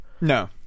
No